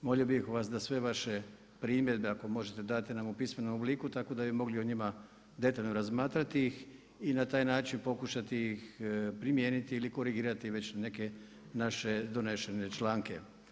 Molio bih vas da sve vaše primjedbe ako možete dati na pismenom obliku tako da bi mogli o njima detaljno razmatrati ih i na taj način primijeniti ili korigirati već neke naše donesene članke.